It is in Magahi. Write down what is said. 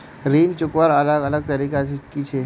ऋण चुकवार अलग अलग तरीका कि छे?